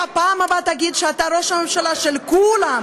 אתה בפעם הבאה תגיד שאתה ראש הממשלה של כולם,